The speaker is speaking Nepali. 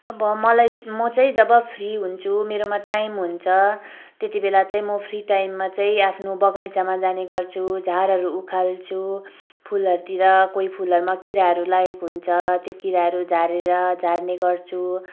अब मलाई म चाहिँ जब फ्री हुन्छु मेरोमा टाइम हुन्छ त्यति बेला चाहिँ म फ्री टाइममा चाहिँ आफ्नो बगैँचामा जाने गर्छु झारहरू उखाल्छु फुलहरूतिर कोही फुलहरूमा किराहरू लागेको हुन्छ त्यो किराहरू झारेर झार्ने गर्छु